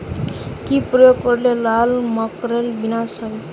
কি প্রয়োগ করলে লাল মাকড়ের বিনাশ হবে?